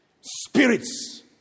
Spirits